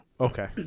okay